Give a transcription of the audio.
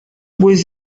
was